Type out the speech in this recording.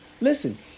Listen